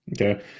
Okay